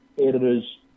editors